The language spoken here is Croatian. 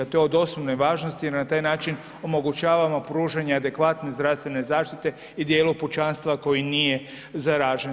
To je od osnovne važnosti jer na taj način omogućavamo pružanje adekvatne zdravstvene zaštite i dijelu pučanstva koji nije zaražen.